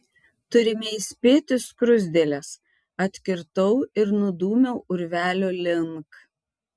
turime įspėti skruzdėles atkirtau ir nudūmiau urvelio link